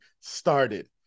started